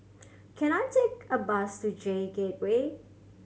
can I take a bus to J Gateway